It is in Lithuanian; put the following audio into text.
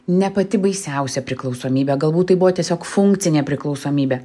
ne pati baisiausia priklausomybė galbūt tai buvo tiesiog funkcinė priklausomybė